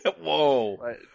Whoa